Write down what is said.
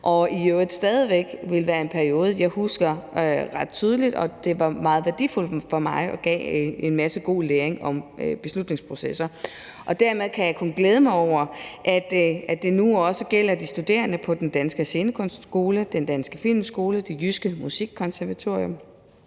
i øvrigt stadig væk være en periode, jeg husker ret tydeligt, og som var meget værdifuld for mig og gav mig en masse god læring om beslutningsprocesser. Og dermed kan jeg kun glæde mig over, at det nu også gælder de studerende på Den Danske Scenekunstskole, Den Danske Filmskole, Det Jyske Musikkonservatorium,